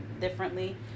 differently